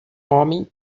homem